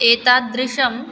एतादृशं